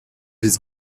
his